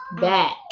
Back